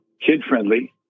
kid-friendly